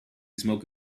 smoke